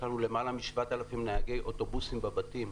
יש לנו למעלה מ-7,000 נהגי אוטובוסים בבתים.